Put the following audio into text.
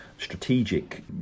strategic